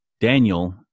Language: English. Daniel